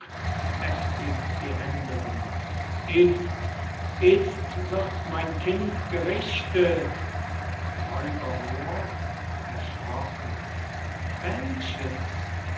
heftig die hände ringend itzt itzt wird mein kind gerichtet r moor erschrocken welches